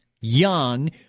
young